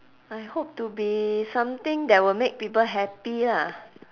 I hope to be something that will make people happy lah